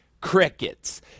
Crickets